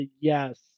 yes